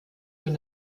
von